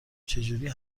چجوری